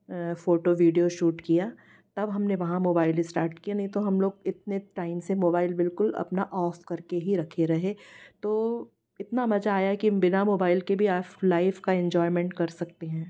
photo video shoot किया तब हमने वहाँ मोबाइल स्टार्ट किया नहीं तो हम लोग इतने टाइम से मोबाइल बिल्कुल अपना ऑफ करके ही रखे रहे तो इतना मजा आया कि बिना मोबाइल के भी आप लाइफ का इजॉयमेंट कर सकते हैं